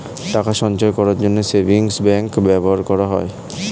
টাকা সঞ্চয় করার জন্য সেভিংস ব্যাংক ব্যবহার করা হয়